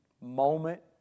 moment